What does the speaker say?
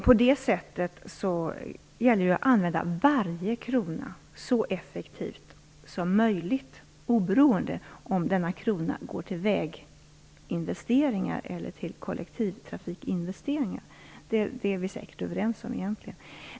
På det sättet gäller det att använda varje krona så effektivt som möjligt oberoende av om denna krona går till väginvesteringar eller till kollektivtrafikinvesteringar. Det är vi säkert egentligen överens om.